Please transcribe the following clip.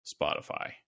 Spotify